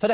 För